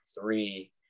three